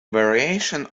variations